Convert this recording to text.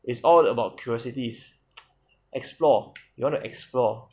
it's all about curiosities explore you want to explore